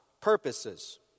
purposes